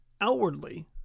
Outwardly